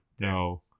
No